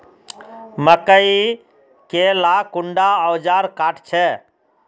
मकई के ला कुंडा ओजार काट छै?